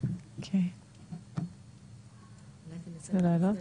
יכללו את